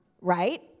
right